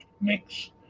mix